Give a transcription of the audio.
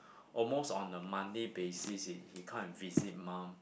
almost on a monthly basis he he come and visit mom